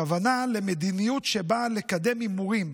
הכוונה היא למדיניות שבאה לקדם הימורים,